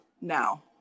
now